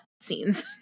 scenes